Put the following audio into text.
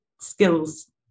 skills